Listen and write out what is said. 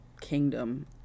kingdom